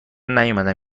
نیومدم